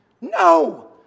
No